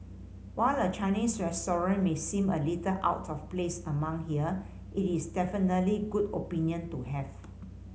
while a Chinese may seem a little out of place among here it is definitely good opinion to have